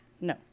No